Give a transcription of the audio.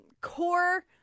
core